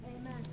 Amen